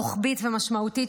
רוחבית ומשמעותית,